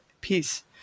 peace